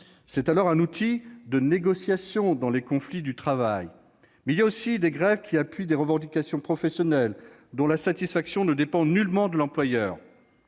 C'est alors un outil de négociation dans les conflits du travail. Mais il est aussi des grèves qui appuient des revendications professionnelles dont la satisfaction ne dépend nullement de l'employeur.